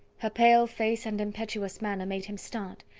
her pale face and impetuous manner made him start,